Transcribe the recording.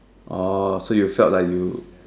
oh so you felt like you